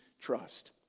trust